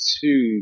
two